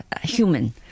human